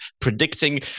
predicting